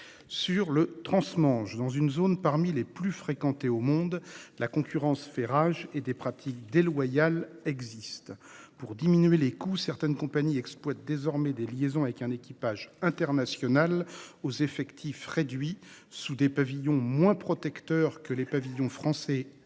Sur le transmanche, dans une zone parmi les plus fréquentées au monde, la concurrence fait rage et des pratiques déloyales existent. Pour diminuer les coûts, certaines compagnies exploitent désormais des liaisons avec un équipage international et des effectifs réduits, sous des pavillons moins protecteurs que les pavillons français et britannique.